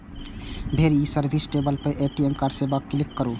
फेर ई service tab पर ए.टी.एम कार्ड सेवा पर क्लिक करू